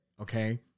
Okay